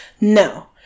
No